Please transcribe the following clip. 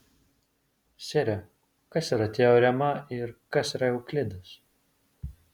sere kas yra teorema ir kas yra euklidas